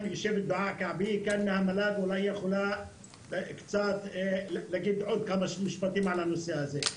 אולי נציגת המל"ג יכולה להגיד עוד כמה משפטים בנושא הזה.